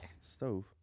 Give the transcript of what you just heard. stove